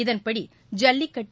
இதன்படி ஜல்லிக்கட்டு